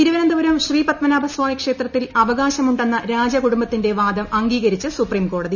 തിരുവനന്തപുരം ശ്രീപത്മനാഭ സ്വാമി ക്ഷേത്രത്തിൽ അവകാശമുണ്ടെന്ന രാജകുടുംബത്തിന്റെ വാദം അംഗീകരിച്ച് സുപ്രീം കോടതി